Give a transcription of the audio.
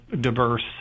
diverse